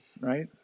right